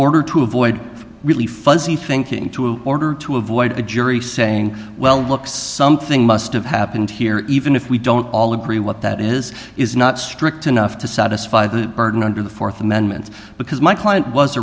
order to avoid really fuzzy thinking to in order to avoid a jury saying well look something must have happened here even if we don't all agree what that is is not strict enough to satisfy that burden under the th amendment because my client was